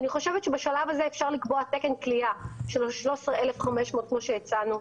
אני חושבת שבשלב הזה אפשר לקבוע תקן כליאה של 13,500 כמו שהצענו,